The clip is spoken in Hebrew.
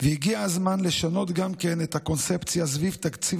הגיע הזמן לשנות גם את הקונספציה סביב תקציב